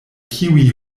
kiuj